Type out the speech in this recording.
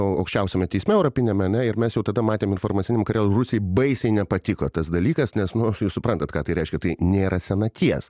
aukščiausiame teisme europiniame ane mes jau tada matėm informaciniam kare rusijai baisiai nepatiko tas dalykas nes nu jūs suprantat ką tai reiškia tai nėra senaties